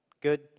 Good